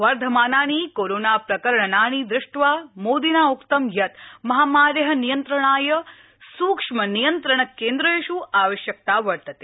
वर्धमानानि कोरोना प्रकरणानि दृष्ट्वा मोदिना उक्त यत् महामार्य नियन्त्रणाय सुक्ष्म नियन्त्रण केन्द्रेष् आवश्यकता वर्तते